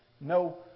No